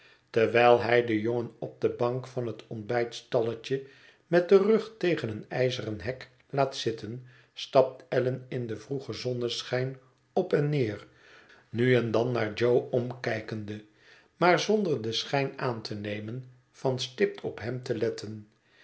terwijl hij den jongen op de bank van het ontbijtstalletje met den rug tegen een ijzeren hek laat zitten stapt allan in den vroegen zonneschijn op en neer nu en dan naar jo omkijkende maar zonder den schijn aan te nemen van stipt op hem te letten